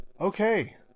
Okay